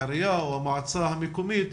העירייה או המועצה המקומית,